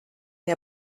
der